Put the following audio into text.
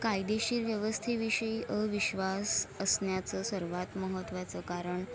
कायदेशीर व्यवस्थेविषयी अविश्वास असण्याचं सर्वात महत्त्वाचं कारण